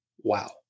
Wow